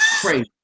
Crazy